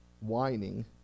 whining